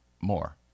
more